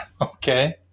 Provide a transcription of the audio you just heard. Okay